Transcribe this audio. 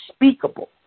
unspeakable